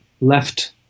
left